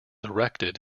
erected